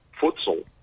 futsal